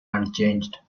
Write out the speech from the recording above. unchanged